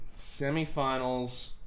Semifinals